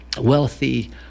wealthy